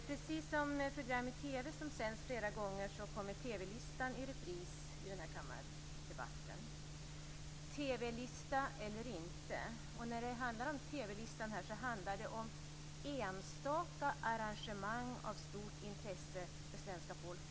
Precis som program i TV som sänds flera gånger kommer TV-listan i repris i kammardebatten. TV-lista eller inte - det handlar om enstaka arrangemang av stort intresse för svenska folket.